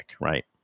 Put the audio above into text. right